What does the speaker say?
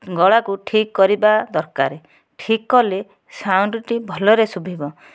ଗଳାକୁ ଠିକ୍ କରିବା ଦରକାର ଠିକ୍ କଲେ ସାଉଣ୍ଡଟି ଭଲରେ ଶୁଭିବ